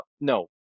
No